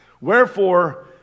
Wherefore